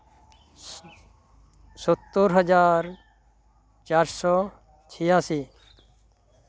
ᱥᱳᱛᱛᱳᱨ ᱦᱟᱡᱟᱨ ᱪᱟᱨᱥᱳ ᱪᱷᱤᱭᱟᱥᱤ